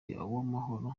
uwamahoro